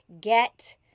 get